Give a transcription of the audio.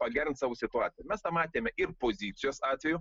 pagerins savo situaciją mes tą matėme ir pozicijos atveju